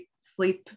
sleep